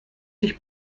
sich